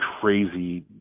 crazy